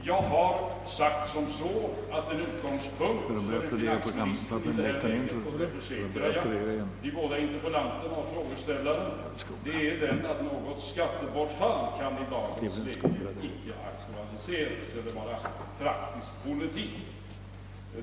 Jag har sagt att en utgångspunkt för en finansminister just nu — det försäkrar jag både interpellanterna och frågeställaren — är att något skattebortfall i dagens läge icke kan vara praktisk politik.